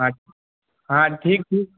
हाँ हाँ ठीक ठीक